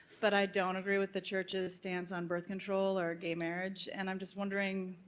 but i don't agree with the church's stance on birth control or gay marriage, and i'm just wondering,